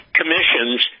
commissions